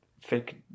fake